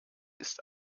ist